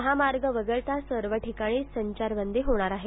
महामार्ग वगळता सर्व ठिकाणी संचारबंदी होणार आहे